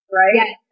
right